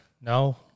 no